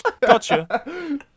Gotcha